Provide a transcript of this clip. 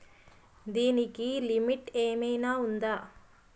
దీనికి లిమిట్ ఆమైనా ఉందా?